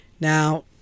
Now